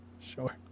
Sure